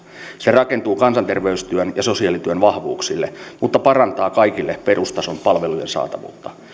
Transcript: se rakentuu kansanterveystyön ja sosiaalityön vahvuuksille mutta parantaa kaikille perustason palvelujen saatavuutta